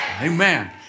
Amen